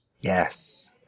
Yes